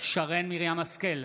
שרן מרים השכל,